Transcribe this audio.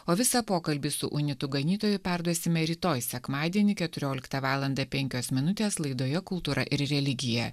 o visą pokalbį su unitų ganytoju perduosime rytoj sekmadienį keturioliktą valandą penkios minutės laidoje kultūra ir religija